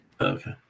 Okay